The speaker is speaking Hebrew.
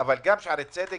אבל גם שערי צדק,